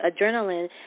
adrenaline